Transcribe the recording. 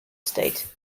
state